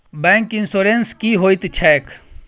Bank insurance की होइत छैक?